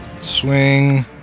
swing